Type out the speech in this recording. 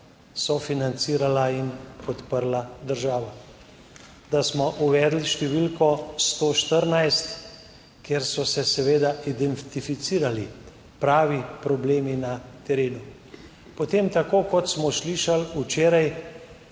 sofinancirala in podprla država. Da smo uvedli številko 114, kjer so se seveda identificirali pravi problemi na terenu. Potem, tako kot smo slišali včeraj,